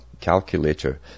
calculator